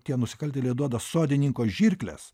tie nusikaltėliai duoda sodininko žirkles